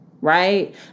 right